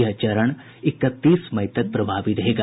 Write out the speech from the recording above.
यह चरण इकतीस मई तक प्रभावी होगा